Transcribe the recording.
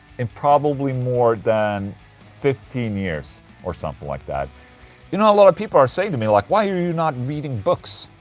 in probably more than fifteen years or something like that you know, a lot of people are saying to me like why are you not reading books?